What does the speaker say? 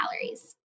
calories